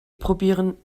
probieren